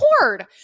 record